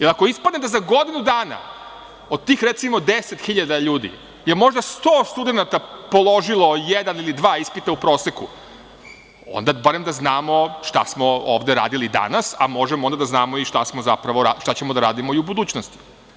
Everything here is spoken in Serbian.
Ako ispadne da je za godinu dana od tih, recimo, 10.000 ljudi možda 100 studenata položilo jedan ili dva ispita u proseku, onda barem da znamo šta smo ovde radili danas, a možemo onda da znamo šta ćemo da radimo i u budućnosti.